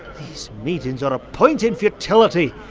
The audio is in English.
these meetings are a point in futility!